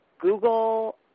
Google